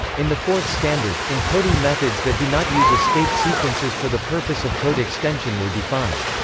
in the fourth standard, encoding methods that do not use escape sequences for the purpose of code extension were defined.